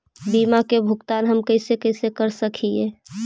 बीमा के भुगतान हम कैसे कैसे कर सक हिय?